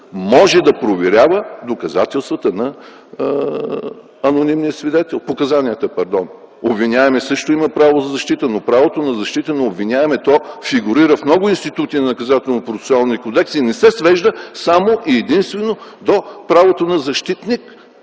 може да проверява показанията на анонимния свидетел. Обвиняемият също има право на защита, но правото на защита на обвиняемия фигурира в много институти на Наказателно-процесуалния кодекс и не се свежда само и единствено до правото на защитник.